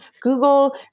Google